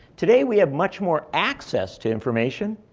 today, we have much more access to information.